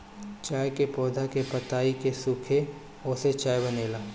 चाय के पौधा के पतइ के सुखाके ओसे चाय बनेला